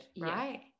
right